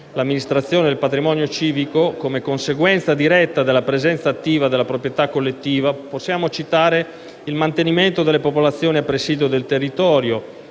l'amministrazione del patrimonio civico, come conseguenza diretta della presenza attiva della proprietà collettiva, possono essere citati: il mantenimento delle popolazioni a presidio del territorio